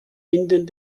binden